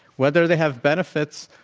whether they have benefits,